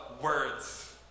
words